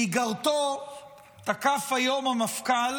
באיגרתו תקף היום המפכ"ל